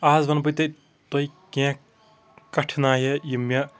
اَز وَنہٕ بہٕ تَے تۄہِہ کینٛہہ کٹِھنایِہ یِم مےٚ